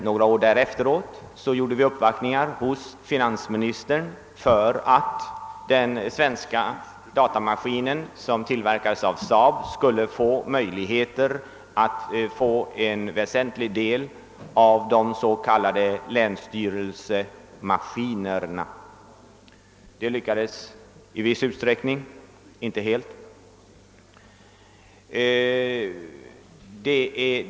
Några år därefter gjorde vi uppvaktningar hos finansministern för att SAAB, som tillverkade den svenska datamaskinen, skulle få en väsentlig del av beställningarna av de s.k. länsstyrelsemaskinerna. Detta lyckades i viss utsträckning men inte helt.